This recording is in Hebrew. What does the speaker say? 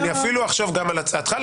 אני אפילו אחשוב גם על הצעתך,